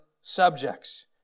subjects